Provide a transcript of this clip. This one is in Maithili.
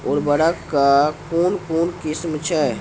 उर्वरक कऽ कून कून किस्म छै?